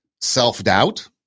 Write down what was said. self-doubt